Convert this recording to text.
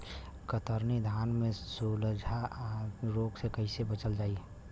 कतरनी धान में झुलसा रोग से कइसे बचल जाई?